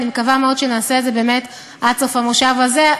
אני מקווה מאוד שנעשה את זה באמת עד סוף המושב הזה.